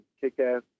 kick-ass